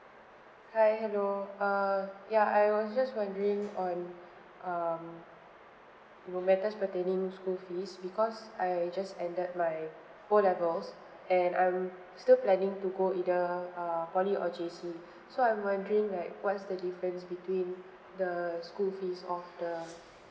hi hello err ya I was just wondering on um you know matters pertaining school fees because I just ended my O levels and I'm still planning to go either uh poly or J_C so I'm wondering like what's the difference between the school fees of the